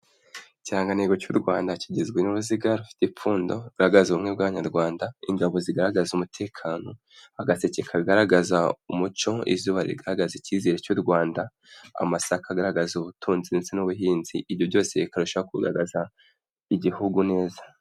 Ikirangantego cy'u Rwanda kigizwe n'uruziga rufite ipfundo, rugaragaza ubumwe bw'Abanyarwanda, ingabo zigaragaza umutekano, agaseke kagaragaza umuco, izuba rigaragaza icyizere cy'u Rwanda, amasaka agaragaza ubutunzi ndetse n'ubuhinzi, ibyo byose bikarushaho kugaragaza igihugu neza.